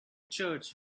church